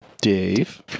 Dave